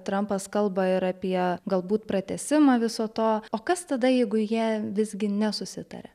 trampas kalba ir apie galbūt pratęsimą viso to o kas tada jeigu jie visgi nesusitaria